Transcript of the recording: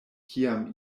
kiam